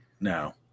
No